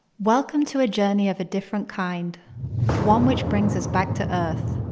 welcome to a journey of a different kind one which brings us back to earth.